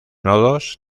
nodos